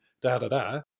da-da-da